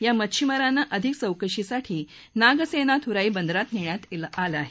या मच्छीमारांना अधिक चौकशीसाठी नागसेनाथुराई बंदरात नेण्यात आलं आहे